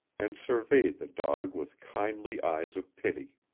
and surveyed the dog with kindly eyes of pity.